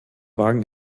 wagen